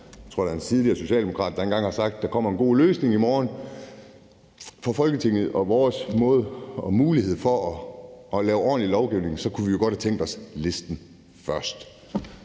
Jeg tror, der er en tidligere socialdemokrat, der engang har sagt, at der kommer en god løsning i morgen. For Folketingets skyld og vores mulighed for at lave ordentlig lovgivning kunne vi jo godt have tænkt os listen først,